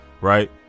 right